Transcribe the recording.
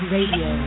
Radio